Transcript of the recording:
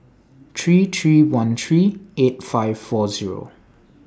three three one three eight five four Zero